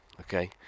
Okay